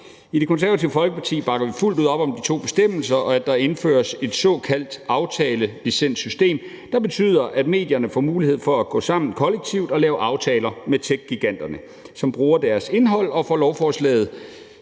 I Det Konservative Folkeparti bakker vi fuldt ud op om de to bestemmelser og om, at der indføres et såkaldt aftalelicenssystem, der betyder, at medierne får mulighed for at gå sammen kollektivt og lave aftaler med techgiganterne, som bruger deres indhold, og om, at lovforslaget